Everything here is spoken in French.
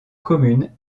commune